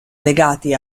legati